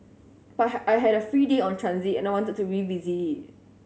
but I had a free day on transit and wanted to revisit it